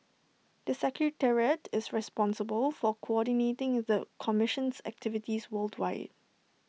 the secretariat is responsible for coordinating the commission's activities worldwide